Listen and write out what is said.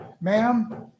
Ma'am